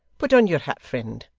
put on your hat, friend,